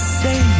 say